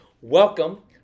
welcome